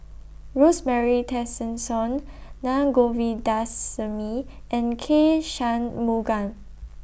Rosemary Tessensohn Na Govindasamy and K Shanmugam